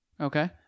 okay